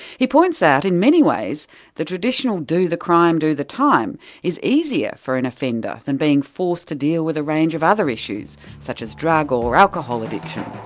he points out in many ways the traditional do the crime, do the time' is easier for an offender than being forced to deal with a range of other issues, such as drug or alcohol addiction.